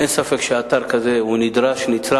אין ספק שאתר כזה הוא נדרש, נצרך.